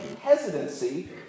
hesitancy